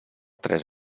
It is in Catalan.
tres